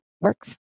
works